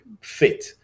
fit